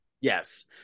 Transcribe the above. Yes